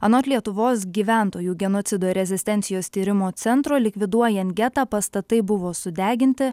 anot lietuvos gyventojų genocido ir rezistencijos tyrimo centro likviduojant getą pastatai buvo sudeginti